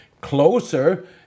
closer